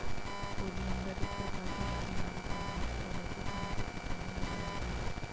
oleander एक प्रकार का झाड़ी वाला पौधा है इस पौधे को छूने से त्वचा में जलन होती है